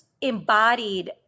embodied